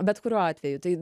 bet kuriuo atveju tai